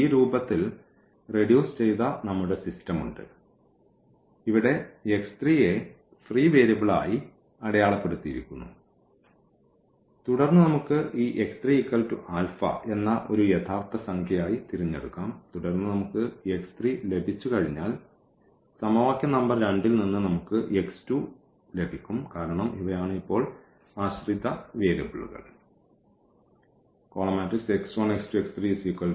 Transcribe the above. ഈ രൂപത്തിൽ റെഡ്യൂസ് ചെയ്ത നമ്മുടെ സിസ്റ്റം ഉണ്ട് ഇവിടെ നെ ഫ്രീ വേരിയബിളായി അടയാളപ്പെടുത്തിയിരിക്കുന്നു തുടർന്ന് നമുക്ക് ഈ എന്ന ഒരു യഥാർത്ഥ സംഖ്യയായി തിരഞ്ഞെടുക്കാം തുടർന്ന് നമുക്ക് ലഭിച്ചുകഴിഞ്ഞാൽ സമവാക്യം നമ്പർ 2 ൽ നിന്ന് നമുക്ക് ലഭിക്കും കാരണം ഇവയാണ് ഇപ്പോൾ ആശ്രിത വേരിയബിളുകൾ